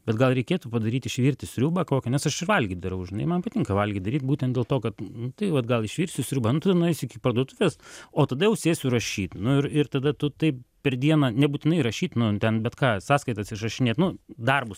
bet gal reikėtų padaryti išvirti sriubą kokią nes aš ir valgyt darau žinai man patinka valgyt daryt būtent dėl to kad tai vat gal išvirsiu sriubą nueisiu iki parduotuvės o tada jau sėsiu rašyt nu ir ir tada tu taip per dieną nebūtinai rašyt nu ten bet ką sąskaitas išrašinėt nu darbus